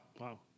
wow